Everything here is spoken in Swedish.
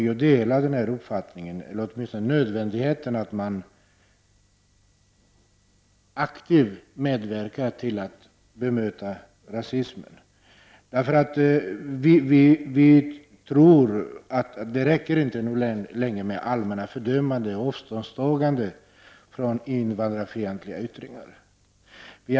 Jag delar uppfattningen att det är nödvändigt att vi aktivt medverkar till att bemöta rasismen, därför att det räcker inte längre med allmänna fördömanden och avståndstagande från invandrarfientliga yttringar.